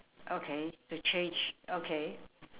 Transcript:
okay to change okay